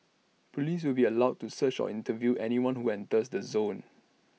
Police will be allowed to search or interview anyone who enters the zone